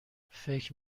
فکر